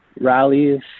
rallies